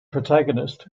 protagonist